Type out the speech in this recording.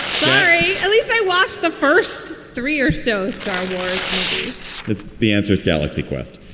sorry. at least i watched the first three or so star wars movies it's the answerthe galaxy quest.